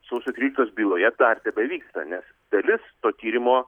sausio tryliktos byloje dar tebevyksta nes dalis to tyrimo